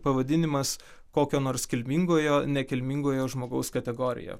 pavadinimas kokio nors kilmingojo nekilmingojo žmogaus kategorija